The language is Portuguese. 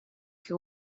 que